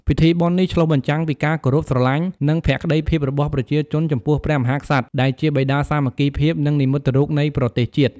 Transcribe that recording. ពិធីបុណ្យនេះឆ្លុះបញ្ចាំងពីការគោរពស្រឡាញ់ និងភក្ដីភាពរបស់ប្រជាជនចំពោះព្រះមហាក្សត្រ ដែលជាបិតាសាមគ្គីភាព និងនិមិត្តរូបនៃប្រទេសជាតិ។